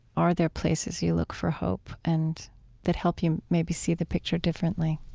are there places you look for hope, and that help you maybe see the picture differently?